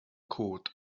cwd